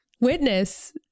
witness